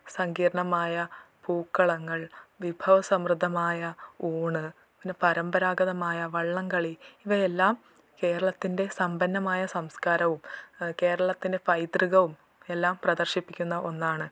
സങ്കീർണ്ണമായ പൂക്കളങ്ങൾ വിഭവ സമൃദ്ധമായ ഊണ് പിന്നെ പരമ്പരാഗതമായ വള്ളം കളി ഇവയെല്ലാം കേരളത്തിൻ്റെ സമ്പന്നമായ സംസ്കാരവും കേരളത്തിൻ്റെ പൈതൃകവും എല്ലാം പ്രദർശിപ്പിക്കുന്ന ഒന്നാണ്